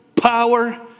power